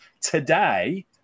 today